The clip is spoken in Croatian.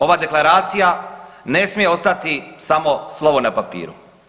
Ova deklaracija ne smije ostati samo slovo na papiru.